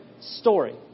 story